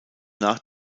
nach